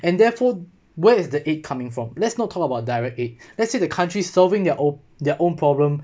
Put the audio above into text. and therefore where is the aid coming from let's not talk about direct aid let's say the country's solving their own their own problem